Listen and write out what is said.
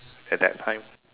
at that time